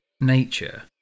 nature